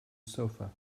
sofa